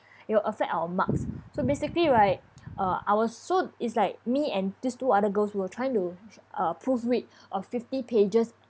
it will affect our marks so basically right uh our so is like me and this two other girls who were trying to uh proofread a fifty pages